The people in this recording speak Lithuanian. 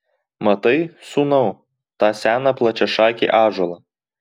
matai sūnau tą seną plačiašakį ąžuolą